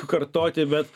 kartoti bet